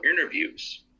interviews